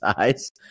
eyes